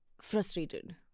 frustrated